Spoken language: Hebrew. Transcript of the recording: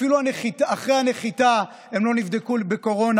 אפילו אחרי הנחיתה הם לא נבדקו לקורונה,